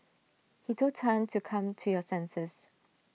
he told Tan to come to your senses